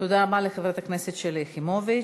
תודה רבה לחברת הכנסת שלי יחימוביץ.